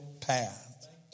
path